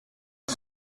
ils